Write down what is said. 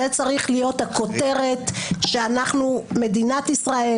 זו צריכה להיות הכותרת: מדינת ישראל,